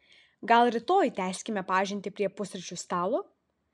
gal rytoj tęskime pažintį prie pusryčių stalo